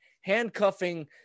handcuffing